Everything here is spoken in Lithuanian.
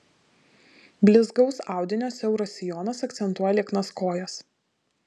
blizgaus audinio siauras sijonas akcentuoja lieknas kojas